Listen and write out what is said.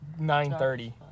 9.30